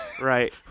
Right